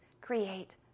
create